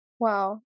wow